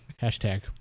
Hashtag